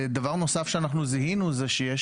ודבר נוסף שזיהינו שיש